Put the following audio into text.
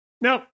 no